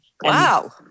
Wow